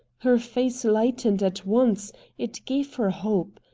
her face lightened at once it gave her hope.